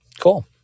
cool